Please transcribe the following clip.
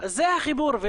זה החיבור.